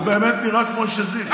הוא באמת נראה כמו שזיף.